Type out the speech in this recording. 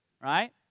right